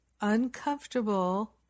uncomfortable